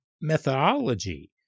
methodology